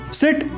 sit